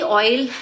oil